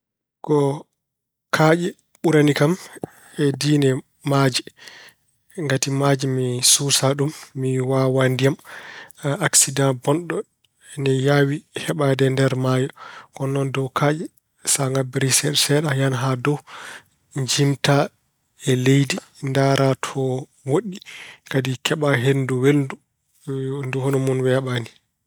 Ko kaaƴe ɓurani kam e diine maaje. Ngati maaje mi suusaa ɗum. Mi waawaa ndiyam. Aksida bonɗo ina yaawi heɓaade e nder maayo. Kono noon dow kaaƴe, sa ngabbiri seeɗa seeɗa a yahan haa dow njiimta e leydi, ndaara to woɗɗi. Kadi keɓa henndu welndu, ndu hono mum weeɓaani.